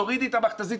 תורידי את המכת"זית,